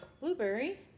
blueberry